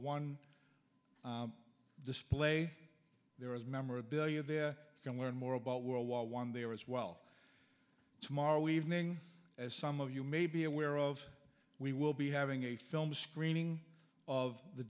one display there as memorabilia they're going to learn more about world war one they are as well tomorrow evening as some of you may be aware of we will be having a film screening of the